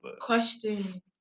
Question